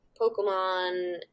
Pokemon